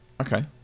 Okay